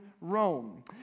Rome